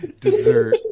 dessert